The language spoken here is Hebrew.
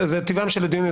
תודה.